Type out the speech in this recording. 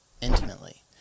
intimately